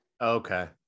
Okay